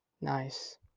Nice